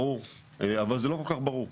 זה ברור אבל זה לא כל כך ברור.